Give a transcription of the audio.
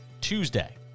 Tuesday